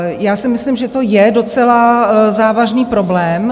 Já si myslím, že to je docela závažný problém.